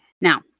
Now